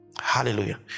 hallelujah